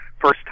First